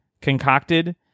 concocted